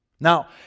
Now